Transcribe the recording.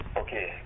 okay